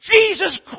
Jesus